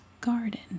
garden